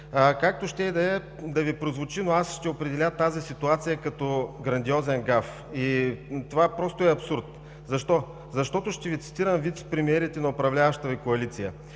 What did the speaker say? Както ще да Ви прозвучи, но аз ще определя тази ситуация като грандиозен гаф и това просто е абсурд! Защо? Защото ще Ви цитирам вицепремиерите на управляващата Ви коалиция.